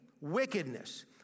wickedness